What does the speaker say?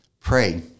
pray